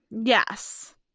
yes